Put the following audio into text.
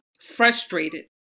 frustrated